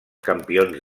campions